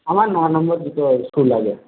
আমার ননম্বর জুতো শ্যু লাগে